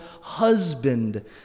husband